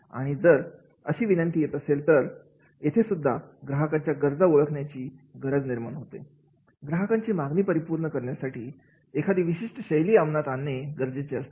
आणि जर अशी विनंती येत असेल तर इथेसुद्धा ग्राहकांच्या गरजा ओळखण्याची गरज निर्माण होते ग्राहकांची मागणी परिपूर्ण करण्यासाठी एखादे विशिष्ट शैली अमलात आणणे गरजेचे असते